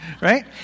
Right